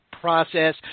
process